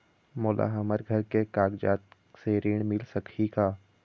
मोला हमर घर के कागजात से ऋण मिल सकही का?